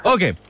Okay